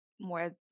more